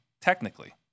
technically